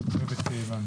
אנשי סדיר וקבע.